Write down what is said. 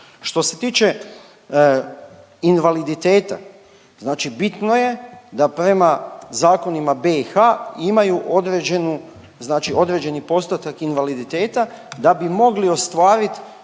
Što se tiče invaliditeta, znači bitno je da prema zakonima BiH imaju određeni postotak invaliditeta da bi mogli ostvarit